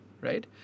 Right